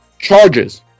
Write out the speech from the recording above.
Charges